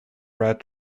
red